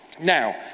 Now